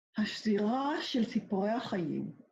הסתירה של סיפורי החיים